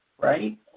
right